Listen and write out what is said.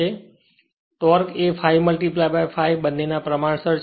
તેથી આખરે ટોર્ક એ ∅∅ બંને પ્રમાણસર છે